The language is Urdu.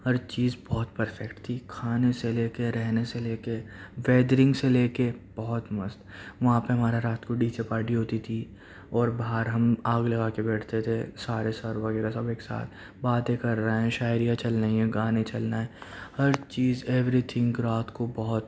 ہر چیز بہت پرفیکٹ تھی کھانے سے لے کے رہنے سے لے کے ویدرنگ سے لے کے بہت مست وہاں پہ ہمارا رات کو ڈی جے پارٹی ہوتی تھی اور باہر ہم آگ لگا کے بیٹھتے تھے سارے سر وغیرہ سب ایک ساتھ باتیں کر رہے ہیں شاعریاں چل رہی ہیں گانے چل رہے ہیں ہر چیز ایوری تھنگ رات کو بہت